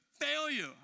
failure